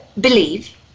believe